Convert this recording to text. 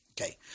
Okay